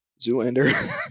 Zoolander